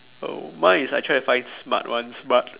oh mine is I try to find smart ones but